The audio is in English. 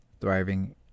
thriving